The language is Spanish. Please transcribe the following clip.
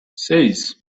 seis